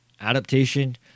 adaptation